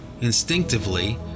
instinctively